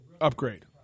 upgrade